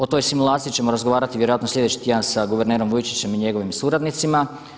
O toj simulaciji ćemo razgovarati vjerojatno sljedeći tjedan sa guvernerom Vujčićem i njegovim suradnicima.